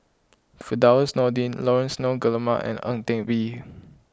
Firdaus Nordin Laurence Nunns Guillemard and Ang Teck Bee